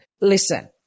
Listen